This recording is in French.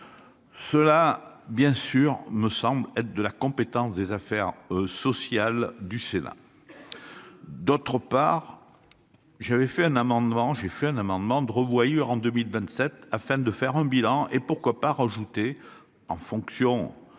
Cela bien sûr me semble être de la compétence des affaires sociales du Sénat. D'autre part. J'avais fait un amendement j'ai fait un amendement de revoyure en 2027 afin de faire un bilan et pourquoi pas rajouter en fonction